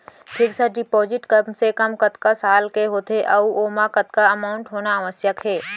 Fix deposit कम से कम कतका साल के होथे ऊ ओमा कतका अमाउंट होना आवश्यक हे?